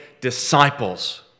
disciples